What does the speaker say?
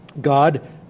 God